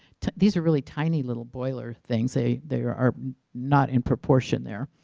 these are really tiny little boiler things they they are are not in proportion there